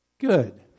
Good